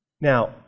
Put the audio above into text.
Now